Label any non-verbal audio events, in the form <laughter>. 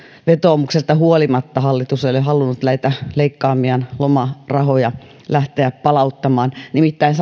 vetoomuksesta huolimatta hallitus ei ole halunnut näitä leikkaamiaan lomarahoja lähteä palauttamaan nimittäin <unintelligible>